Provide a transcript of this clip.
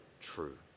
true